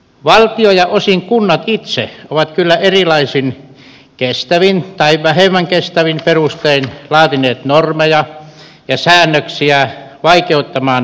valtio ja osin kunnat itse ovat kyllä erilaisin kestävin tai vähemmän kestävin perustein laatineet normeja ja säännöksiä vaikeuttamaan toimivia asuntomarkkinoita